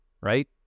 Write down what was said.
Right